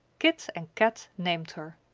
kit and kat named her.